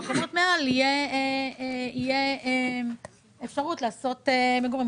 בחלק תהיה אפשרות לעשות מגורים?